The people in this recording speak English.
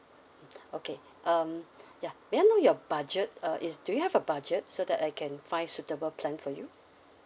okay um ya may I know your budget uh is do you have a budget so that I can find suitable plan for you